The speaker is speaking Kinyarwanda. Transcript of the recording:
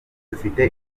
dufite